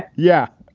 yeah.